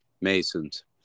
Masons